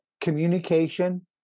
communication